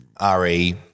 RE